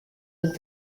with